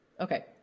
Okay